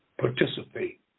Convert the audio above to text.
participate